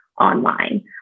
online